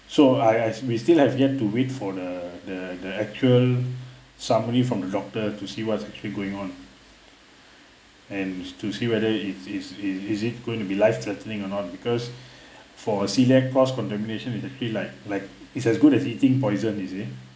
so I I we still have yet to wait for the the the actual summary from the doctor to see what's actually going on and to see whether it is it is it going to be life threatening or not because for a celiac cross contamination is actually like like is as good as eating poison you see